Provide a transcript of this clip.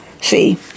See